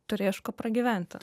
turėjo iš ko pragyventi